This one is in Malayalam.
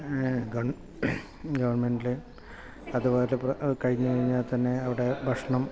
ഗവർ ഗവർമെൻറ്റിലെ അതുപോലെ കഴിഞ്ഞു കഴിഞ്ഞാൽ തന്നെ അവിടെ ഭക്ഷണം